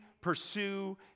pursue